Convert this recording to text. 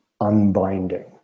unbinding